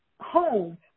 home